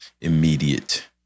immediate